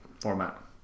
format